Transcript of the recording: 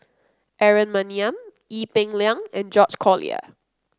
Aaron Maniam Ee Peng Liang and George Collyer